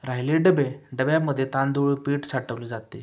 राहिले डबे डब्यामध्ये तांदूळ पीठ साठवले जाते